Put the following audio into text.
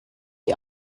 die